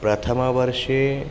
प्रथम वर्षे